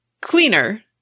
cleaner